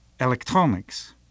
electronics